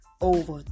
over